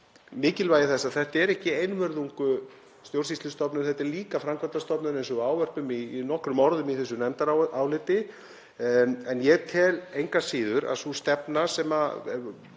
mikilvægi þess að þetta er ekki einvörðungu stjórnsýslustofnun heldur líka framkvæmdastofnun, eins og við ávörpum í nokkrum orðum í nefndarálitinu. Ég tel engu að síður að sú stefna sem var